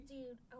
Dude